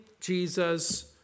Jesus